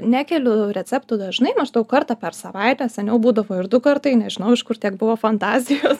nekeliu receptų dažnai maždaug kartą per savaitę seniau būdavo ir du kartai nežinau iš kur tiek buvo fantazijos